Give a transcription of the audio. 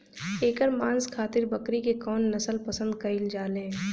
एकर मांस खातिर बकरी के कौन नस्ल पसंद कईल जाले?